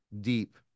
deep